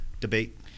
debate